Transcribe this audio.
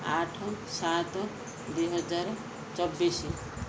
ଆଠ ସାତ ଦୁଇହଜାର ଚବିଶ